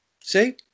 See